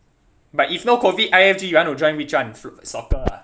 but if no COVID I_F_G you want to join which one soccer ah